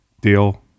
deal